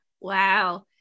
Wow